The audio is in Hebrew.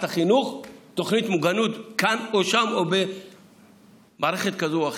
החינוך תוכנית מוגנות כאן או שם או במערכת כזו או אחרת.